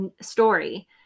story